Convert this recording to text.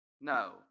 No